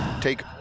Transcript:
Take